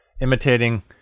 Imitating